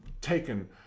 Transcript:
taken